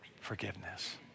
forgiveness